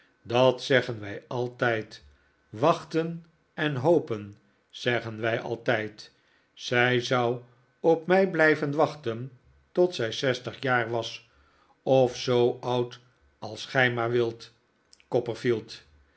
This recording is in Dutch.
dat zeggen wij altijd wachten en hopen zeggen wij altijd zij zou op mij blijven wachten tot zij zestig jaar was of zoo oud als gij maar wilt